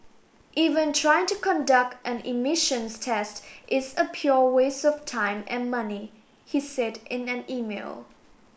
even trying to conduct an emissions test is a pure waste of time and money he said in an email